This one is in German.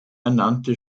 ernannte